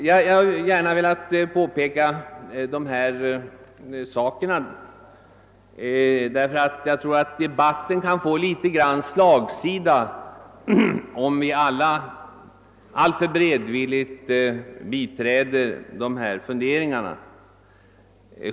Jag har gärna velat påpeka detta, eftersom jag tror att debatten kan få slagsida om vi alltför beredvilligt biträder centerns funderingar.